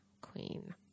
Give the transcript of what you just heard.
Queen